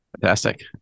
Fantastic